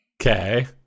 Okay